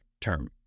term